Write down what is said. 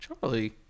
Charlie